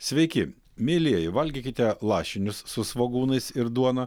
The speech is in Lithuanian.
sveiki mielieji valgykite lašinius su svogūnais ir duona